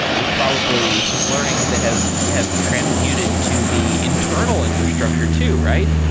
there's probably some learnings that have have transmuted to the internal infrastructure too, right?